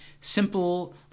simple